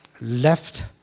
left